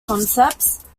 concepts